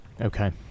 Okay